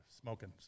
smoking